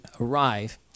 arrive